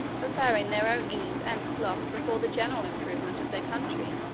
preferring their own ease and sloth before the general improvement of their country.